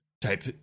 type